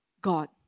God